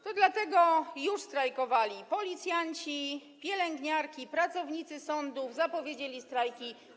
To dlatego już strajkowali policjanci, pielęgniarki, pracownicy sądów, zapowiedzieli strajki.